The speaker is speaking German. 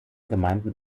gemeinden